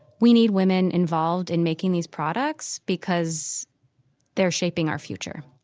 we need women involved in making these products because they're shaping our future